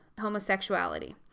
homosexuality